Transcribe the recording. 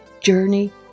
Journey